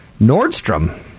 Nordstrom